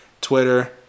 Twitter